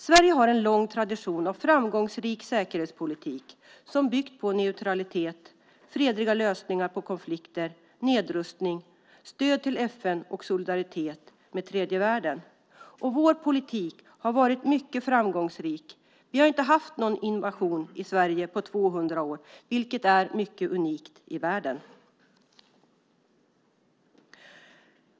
Sverige har en lång tradition av framgångsrik säkerhetspolitik som byggt på neutralitet, fredliga lösningar på konflikter, nedrustning, stöd till FN och solidaritet med tredje världen. Vår politik har varit mycket framgångsrik. Vi har inte haft någon invasion i Sverige på 200 år, vilket är unikt i världen.